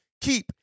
keep